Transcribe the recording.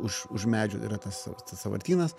už už medžių yra tas sąvartynas